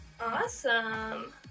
Awesome